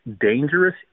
dangerous